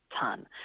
ton